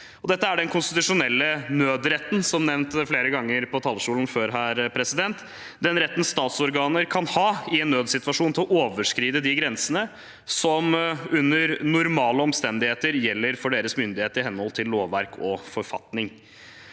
Dette er den konstitusjonelle nødretten, som nevnt flere ganger på talerstolen før – den retten statsorganer kan ha i en nødssituasjon til å overskride de grensene som under normale omstendigheter gjelder for deres myndighet i henhold til lovverk og forfatning.